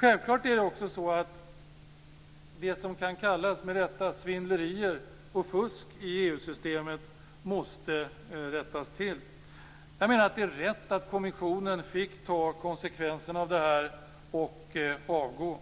Självklart måste också det som med rätta kan kallas svindlerier och fusk i EU-systemet rättas till. Jag menar att det är rätt att kommissionen fick ta konsekvenserna av det och avgå.